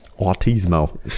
Autismo